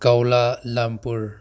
Kuala Lumpur